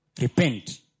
Repent